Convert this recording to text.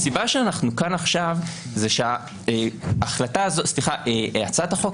הסיבה שאנחנו כאן עכשיו היא שהצעת החוק